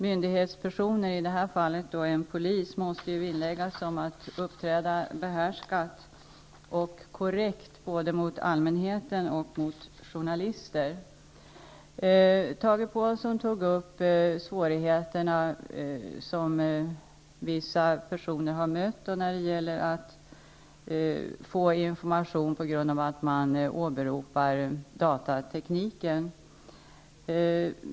Myndighetspersonen, i det här fallet en polis, måste ju vinnlägga sig om att uppträda behärskat och korrekt gentemot både allmänhet och journalister. Tage Påhlsson talade om svårigheter som vissa personer har stött på när det gällt att få information. Man har alltså åberopat datatekniken.